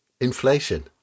inflation